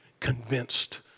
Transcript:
convinced